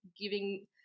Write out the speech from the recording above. giving